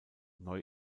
neu